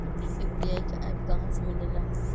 UPI का app कहा से मिलेला?